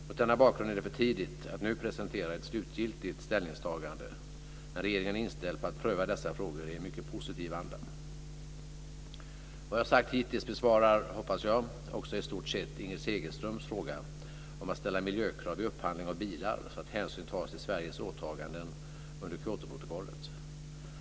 Mot denna bakgrund är det för tidigt att nu presentera ett slutgiltigt ställningstagande men regeringen är inställd på att pröva dessa frågor i en positiv anda. Vad jag sagt hittills besvarar också i stort sett, hoppas jag, Inger Segelströms fråga om att ställa miljökrav vid upphandling av bilar så att hänsyn tas till Sveriges åtaganden under Kyotoprotokollet.